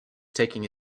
taking